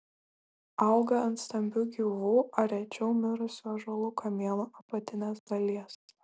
auga ant stambių gyvų ar rečiau mirusių ąžuolų kamienų apatinės dalies